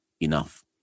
enough